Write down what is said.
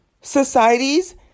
societies